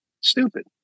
stupid